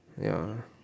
ya